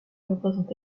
représente